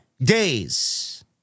days